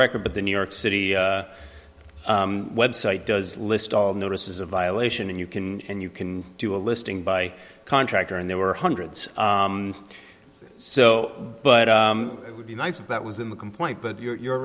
record but the new york city website does list all notices a violation and you can and you can do a listing by contractor and there were hundreds so but it would be nice if that was in the complaint but you're